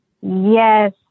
Yes